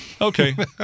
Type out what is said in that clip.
Okay